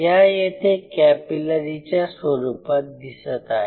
या येथे कॅपिलरी च्या स्वरूपात दिसत आहेत